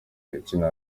ukina